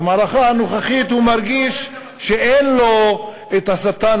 במערכה הנוכחית הוא מרגיש שאין לו השטן